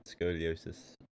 scoliosis